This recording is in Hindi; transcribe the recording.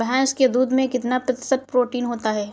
भैंस के दूध में कितना प्रतिशत प्रोटीन होता है?